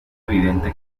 evidente